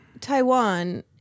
taiwan